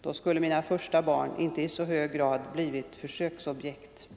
Då skulle mina första barn inte i så hög grad blivit försöksobjekt.